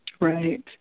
Right